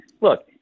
look